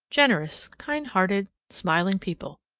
generous, kind-hearted, smiling people,